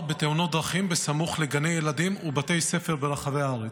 בתאונות דרכים בסמוך לגני ילדים ובתי ספר ברחבי הארץ.